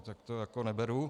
Tak to jako neberu.